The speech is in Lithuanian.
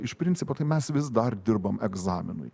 iš principo tai mes vis dar dirbam egzaminui